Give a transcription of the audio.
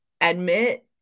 admit